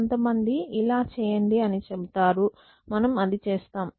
కొంతమంది ఇలా చెయ్యండి అని చెబుతారు మనం అది చేస్తాం